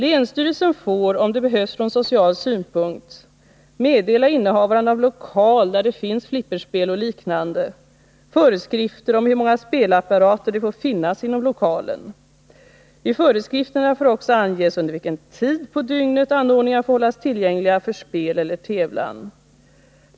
Länsstyrelsen får, om det behövs från social synpunkt, meddela innehavaren av lokal, där det finns flipperspel och liknande, föreskrifter om hur många spelapparater det får finnas inom lokalen. I föreskrifterna får också anges under vilken tid på dygnet anordningarna får hållas tillgängliga för spel eller tävlan.